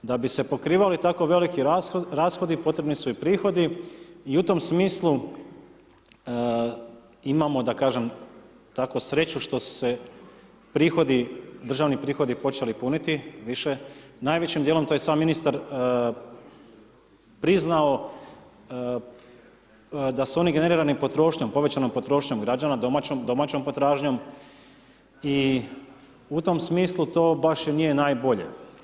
Da bi se pokrivali tako veliki rashodi, potrebni su i prihodi i u tom smislu, imamo da kažem tako sreću što su se prihodi, državni prihodi počeli puniti više, najvećim dijelom, to je sam ministar priznao da su oni generirali potrošnjom povećanom potrošnjom građana domaćom potražnjom i u tom smislu to baš i nije najbolje.